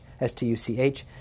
s-t-u-c-h